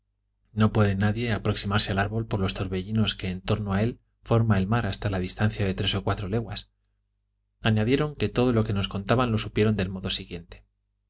no puede nadie aproximarse al árbol por los torbellinos que en torno de él forma el mar hasta la distancia de tres a cuatro leguas añadieron que todo lo que nos contaban lo supieron del modo siguiente